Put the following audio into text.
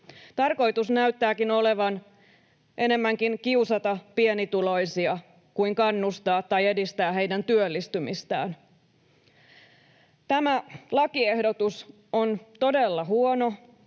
Tarkoitus näyttääkin olevan enemmänkin kiusata pienituloisia kuin kannustaa tai edistää heidän työllistymistään. Tämä lakiehdotus on todella huono.